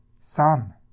Son